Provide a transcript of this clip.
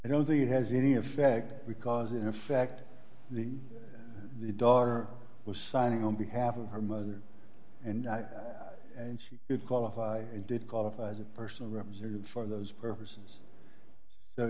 i don't think it has any effect because in effect the the daughter was signing on behalf of her mother and i and she did qualify and did qualify as a personal representative for those purposes s